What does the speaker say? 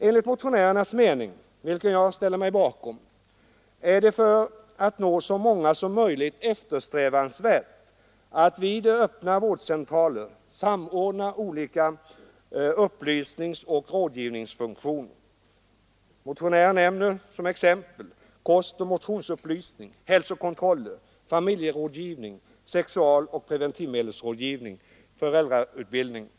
Enligt motionärernas mening, vilken jag ställer mig bakom, är det för att nå så många som möjligt eftersträvansvärt att vid öppna vårdcentraler samordna olika upplysningsoch rådgivningsfunktioner. Motionärerna nämner som exempel kostoch motionsupplysning, hälsokontroller, familjerådgivning, sexualoch preventivmedelsrådgivning, föräldrautbildning.